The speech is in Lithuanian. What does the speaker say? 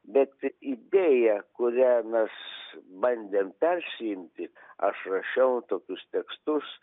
bet idėja kurią mes bandėm peršinti aš rašiau tokius tekstus